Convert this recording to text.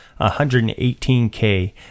118k